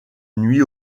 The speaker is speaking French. nuit